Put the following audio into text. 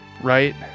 right